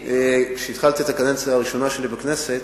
כשהתחלתי את הקדנציה הראשונה שלי בכנסת,